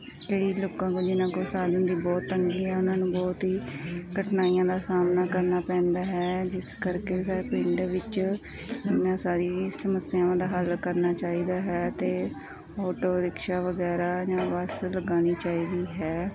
ਕਈ ਲੋਕਾਂ ਕੋਲ ਜਿਹਨਾਂ ਕੋਲ ਸਾਧਨ ਦੀ ਬਹੁਤ ਤੰਗੀ ਆ ਉਹਨਾਂ ਨੂੰ ਬਹੁਤ ਹੀ ਕਠਿਨਾਈਆਂ ਦਾ ਸਾਹਮਣਾ ਕਰਨਾ ਪੈਂਦਾ ਹੈ ਜਿਸ ਕਰਕੇ ਪਿੰਡ ਵਿੱਚ ਇਹਨਾਂ ਸਾਰੀ ਸਮੱਸਿਆਵਾਂ ਦਾ ਹੱਲ ਕਰਨਾ ਚਾਹੀਦਾ ਹੈ ਅਤੇ ਆਟੋ ਰਿਕਸ਼ਾ ਵਗੈਰਾ ਜਾਂ ਬੱਸ ਲਗਾਉਣੀ ਚਾਹੀਦੀ ਹੈ